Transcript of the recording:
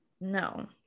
no